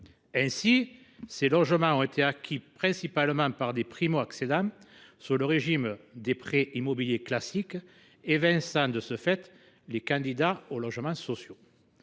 Ainsi, ces logements ont été acquis principalement par des primo accédants sous le régime des prêts immobiliers classiques. De ce fait, les candidats aux logements sociaux